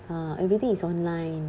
uh everything is online